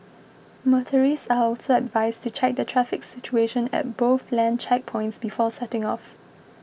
motorists are also advised to check the traffic situation at both land checkpoints before setting off